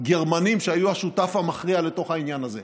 הגרמנים, שהיו השותף המכריע, לתוך העניין הזה.